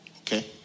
Okay